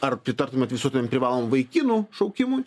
ar pritartumėt visuotiniam privalomui vaikinų šaukimui